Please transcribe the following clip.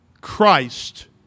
Christ